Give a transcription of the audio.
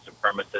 supremacist